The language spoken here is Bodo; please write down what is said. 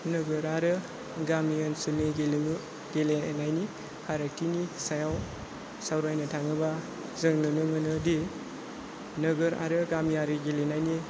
नोगोर आरो गामि ओनसोलनि गेलेनायनि फारागथिनि सायाव सावरायनो थाङोबा जों नुनो मोनोदि नोगोर आरो गामियारि गेलेनायनि